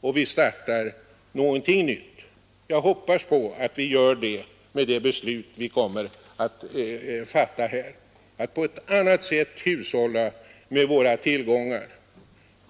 och vi startar någonting nytt. Jag hoppas att vi gör det med det beslut vi här kommer att fatta om att hushålla på ett annat sätt med våra naturtillgångar.